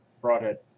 Broadhead